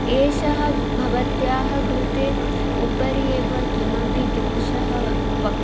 एषः भवत्याः कृते उपरि एव किमपि दोषः वक्ति